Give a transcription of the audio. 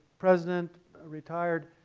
president retired,